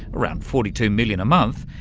around forty two million a month,